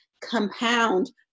compound